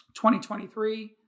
2023